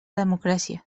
democràcia